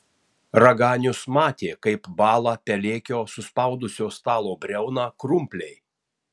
raganius matė kaip bąla pelėkio suspaudusio stalo briauną krumpliai